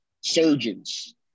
surgeons